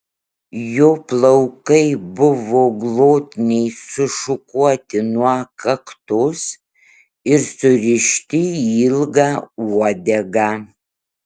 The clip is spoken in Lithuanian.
jo plaukai buvo glotniai sušukuoti nuo kaktos ir surišti į ilgą uodegą